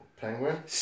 Penguin